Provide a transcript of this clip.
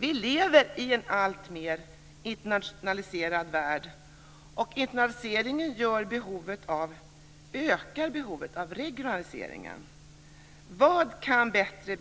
Vi lever i en alltmer internationaliserad värld, och internationaliseringen ökar behovet av regionalisering. Vad kan bättre